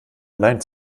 allein